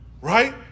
Right